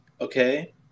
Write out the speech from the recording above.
okay